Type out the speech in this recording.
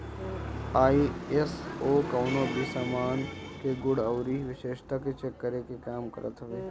ISO कवनो भी सामान के गुण अउरी विशेषता के चेक करे के काम करत हवे